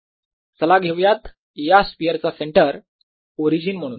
चला घेऊयात या स्पियरचा सेंटर ओरिजिन म्हणून